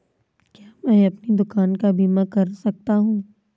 क्या मैं अपनी दुकान का बीमा कर सकता हूँ?